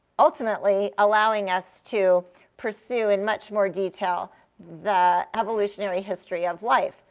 ultimately allowing us to pursue in much more detail the evolutionary history of life.